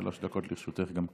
שלוש דקות לרשותך גם כן.